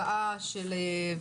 צוהריים טובים,